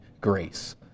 grace